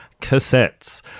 cassettes